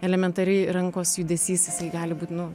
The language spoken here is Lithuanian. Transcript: elementariai rankos judesys gali būti nu